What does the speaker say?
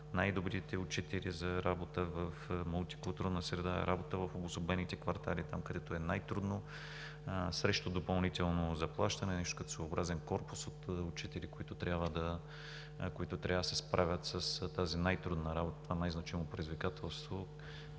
най-добрите учители за работа в мултикултурната среда – работата в обособените квартали – там, където е най-трудно, срещу допълнително заплащане. Нещо като своеобразен корпус от учители, които трябва да се справят с тази най-трудна работа, най-значимо предизвикателство